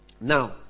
Now